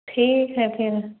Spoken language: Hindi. ठीक है फिर